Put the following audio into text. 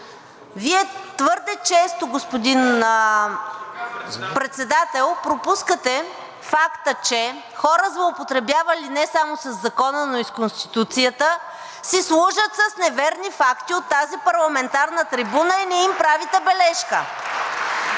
Вие твърде често, господин Председател, пропускате факта, че хора, злоупотребявали не само със Закона, но и с Конституцията, си служат с неверни факти от тази парламентарна трибуна и не им правите бележка.